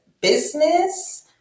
business